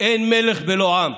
אין מלך בלא עם.